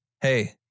hey